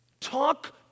Talk